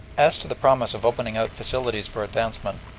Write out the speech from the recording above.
as to the promise of opening out facilities for advancement,